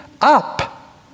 up